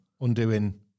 Undoing